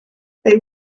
they